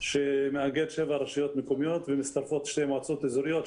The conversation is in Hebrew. שמאגד שבע רשויות מקומיות ומצטרפות שתי מועצות אזוריות,